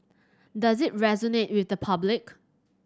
does it resonate with the public